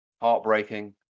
Heartbreaking